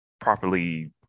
properly